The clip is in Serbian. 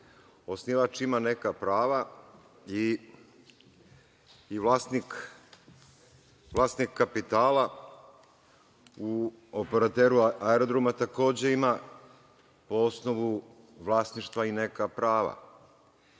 osnivač ima neka prava i vlasnik kapitala u operateru aerodroma takođe ima, po osnovu vlasništva, i neka prava.